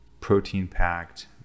protein-packed